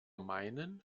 meinen